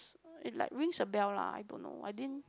it like rings a bell lah I don't know I didn't